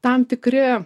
tam tikri